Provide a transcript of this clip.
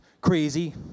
crazy